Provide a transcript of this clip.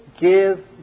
give